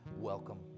Welcome